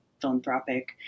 philanthropic